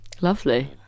Lovely